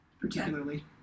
particularly